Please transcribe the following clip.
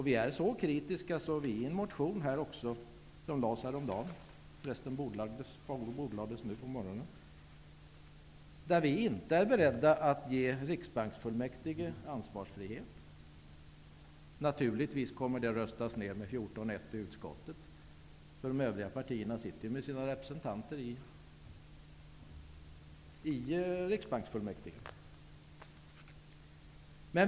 Vi är så kritiska att vi i en motion som väcktes häromdagen, och som förresten bordlades nu på morgonen, inte är beredda att ge riksbanksfullmäktige ansvarsfrihet. Naturligtvis kommer det att röstas ner med 14--1 i utskottet, för de övriga partierna har representanter i riksbanksfullmäktige.